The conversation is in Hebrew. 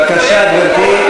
בבקשה, גברתי.